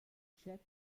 check